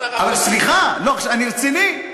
סליחה, אני רציני.